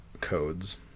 codes